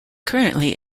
currently